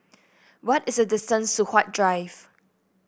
what is the distance to Huat Drive